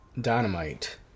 dynamite